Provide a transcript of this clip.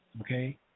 okay